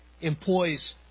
employs